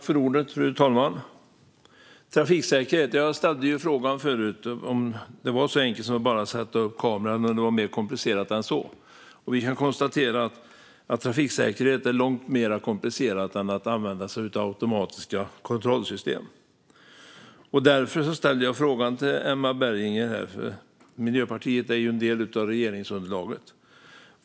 Fru talman! Jag ställde frågan förut om trafiksäkerhet är så enkelt som att bara sätta upp kameror eller om det är mer komplicerat än så, och vi kan konstatera att trafiksäkerhet är långt mer komplicerat än att använda sig av automatiska kontrollsystem. Därför ställer jag nu en fråga till Emma Berginger, för Miljöpartiet är ju en del av regeringsunderlaget.